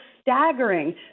staggering